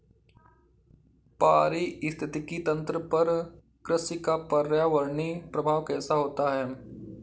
पारिस्थितिकी तंत्र पर कृषि का पर्यावरणीय प्रभाव कैसा होता है?